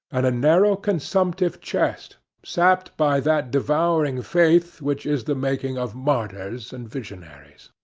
and a narrow, consumptive chest, sapped by that devouring faith which is the making of martyrs and visionaries.